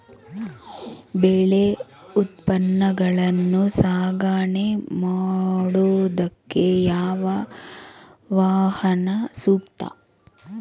ಬೆಳೆ ಉತ್ಪನ್ನಗಳನ್ನು ಸಾಗಣೆ ಮಾಡೋದಕ್ಕೆ ಯಾವ ವಾಹನ ಸೂಕ್ತ?